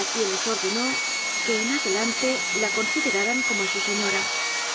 a quienes ordenó que en adelante la consideraran como a su señora